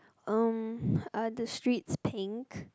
um are the streets pink